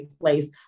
place